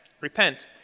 Repent